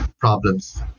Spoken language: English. problems